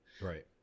Right